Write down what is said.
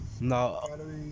no